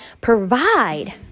provide